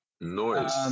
Noise